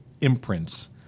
imprints